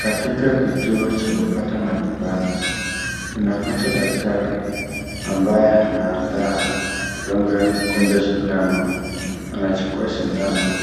Katika kituo cha kupata matibabu, tunapata daktari ambaye ana anaandaa kudunga mgonjwa sindano. Anachukua sindano